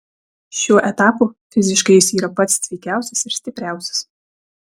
šiuo etapu fiziškai jis yra pats sveikiausias ir stipriausias